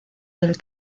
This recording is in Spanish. del